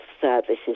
services